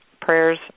prayers